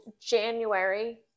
January